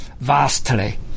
vastly